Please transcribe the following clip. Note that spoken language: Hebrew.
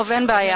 טוב, אין בעיה.